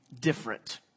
different